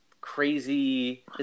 crazy –